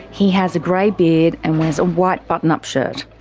he has a grey beard and wears a white button up shirt.